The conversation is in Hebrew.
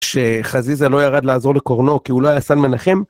‫שחזיזה לא ירד לעזור לקורנו ‫כי אולי אסן מנחם.